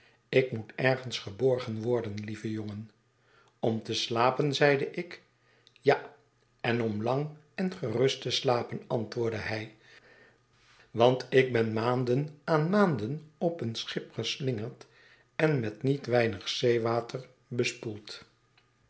ik moet ergens geborgen word en lieve jongen om te slapen zeide ik ja en om lang en gerust te slapen antwoordde hij want ik ben maanden aan maanden op een schip geslingerd en met niet weinig zeewater